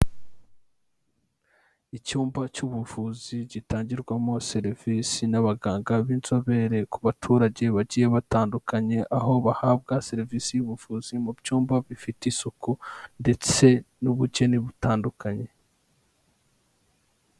Icyumba cy'ubuvuzi gitangirwamo serivisi n'abaganga b'inzobere ku baturage bagiye batandukanye, aho bahabwa serivisi y'ubuvuzi mu byumba bifite isuku ndetse n'ubukeni butandukanye.